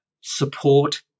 support